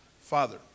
father